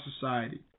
society